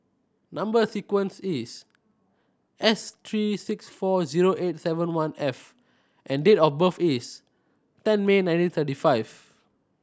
number sequence is S three six four zero eight seven one F and date of birth is ten May nineteen thirty five